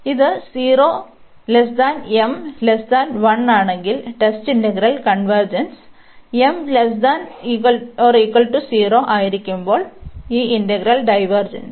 അതിനാൽ ഇത് 0 m 1 ആണെങ്കിൽ ടെസ്റ്റ് ഇന്റഗ്രൽ കൺവെർജെൻസ് m≤0 ആയിരിക്കുമ്പോൾ ഈ ഇന്റഗ്രൽ ഡൈവേർജെൻസ്